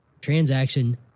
Transaction